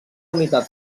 unitat